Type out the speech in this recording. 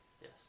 Yes